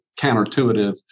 counterintuitive